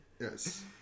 Yes